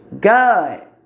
God